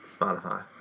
Spotify